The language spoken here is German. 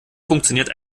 funktioniert